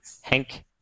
Hank